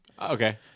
Okay